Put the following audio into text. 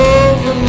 over